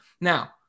Now